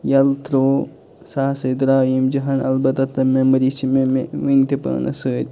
ییٚلہِ ترٲو سُہ ہسا دراو ییٚمہِ جہان البتہ تِم میموری چھِ مےٚ وُنہِ تہِ پانَس سۭتۍ